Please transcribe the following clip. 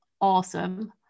awesome